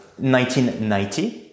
1990